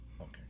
Okay